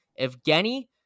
Evgeny